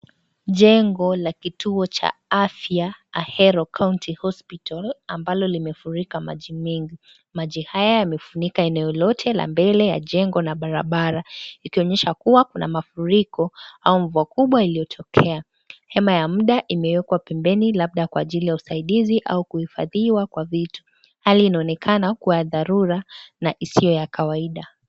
Jengo la kituo cha afya Ahero County Hospital ambalo limefurika maji mengi. Maji haya yamefunika eneo lolote la mbele ya jengo la barabara ikionyesha kuwa kuna mafuriko au mvua kubwa iliyotokea. Hema ya muda imewekwa pembeni labda kwa ajili ya usaidizi au kuhifadhiwa kwa vitu. Hali inaonekana kuwa ya dharura na isiyo ya kawaida.